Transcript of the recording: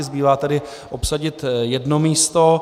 Zbývá tedy obsadit jedno místo.